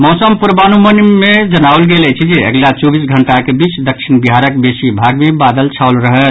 मौसम पूर्वानुमान मे जनाओल गेल अछि जे अगिला चौबीस घंटाक बीच दक्षिण बिहारक बेसी भाग मे बादल छाओल रहत